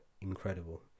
incredible